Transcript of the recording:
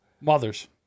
Mothers